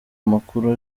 amakuru